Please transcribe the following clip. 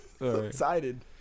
excited